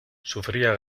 sufría